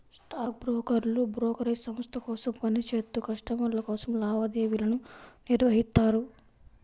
stock బ్రోకర్లు brokerage సంస్థ కోసం పని చేత్తూ కస్టమర్ల కోసం లావాదేవీలను నిర్వహిత్తారు